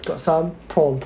got some prompt